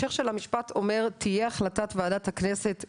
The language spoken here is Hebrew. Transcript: ההמשך של המשפט אומר, תהיה החלטת ועדת הכנסת גם,